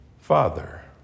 Father